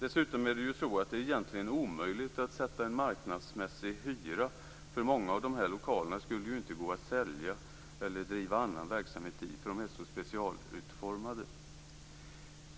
Dessutom är det egentligen omöjligt att fastställa en marknadsmässig hyra för dem, eftersom många av lokalerna är specialutformade och inte skulle gå att sälja. Inte heller skulle man kunna bedriva annan verksamhet i dem.